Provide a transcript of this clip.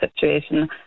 situation